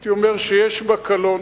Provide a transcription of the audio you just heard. הייתי אומר, שיש בה קלון?